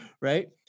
Right